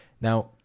Now